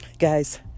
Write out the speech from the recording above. guys